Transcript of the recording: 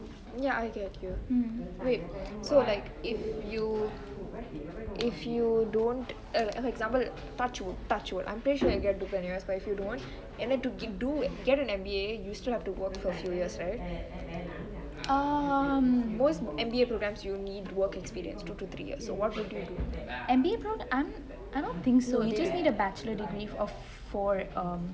ya I get you wait so like if you if you don't for example touch wood touch wood I'm pretty sure you're going to get into duke N_U_S but if you don't and to do get an M_B_A you still have to work for a few years right most M_B_A programs you need work experience two to three years so what would you do